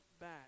back